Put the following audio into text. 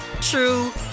true